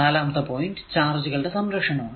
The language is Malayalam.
നാലാമത്തെ പോയിന്റ് ചാർജുകളുടെ സംരക്ഷണം ആണ്